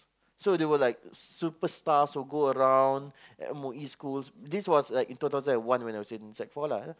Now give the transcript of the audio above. so they were superstar who goes around M_O_E school when in two thousand and one when I was in sec four